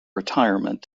retirement